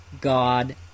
God